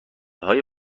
های